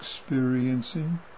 experiencing